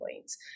points